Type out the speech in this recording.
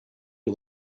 you